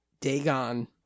Dagon